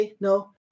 no